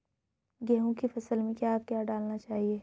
गेहूँ की फसल में क्या क्या डालना चाहिए?